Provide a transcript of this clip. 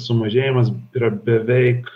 sumažėjimas yra beveik